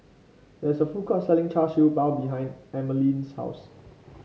there is a food court selling Char Siew Bao behind Emmaline's house